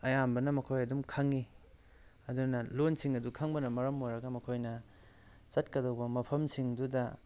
ꯑꯌꯥꯝꯕꯅ ꯃꯈꯣꯏ ꯑꯗꯨꯝ ꯈꯪꯉꯤ ꯑꯗꯨꯅ ꯂꯣꯜꯁꯤꯡ ꯑꯗꯨ ꯈꯪꯕꯅ ꯃꯔꯝ ꯑꯣꯏꯔꯒ ꯃꯈꯣꯏꯅ ꯆꯠꯀꯗꯧꯕ ꯃꯐꯝꯁꯤꯡꯗꯨꯗ